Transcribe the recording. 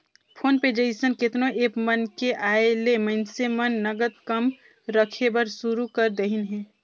phone पे जइसन केतनो app मन के आयले मइनसे मन नगद कम रखे बर सुरू कर देहिन हे